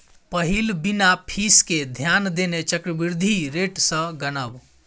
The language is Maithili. पहिल बिना फीस केँ ध्यान देने चक्रबृद्धि रेट सँ गनब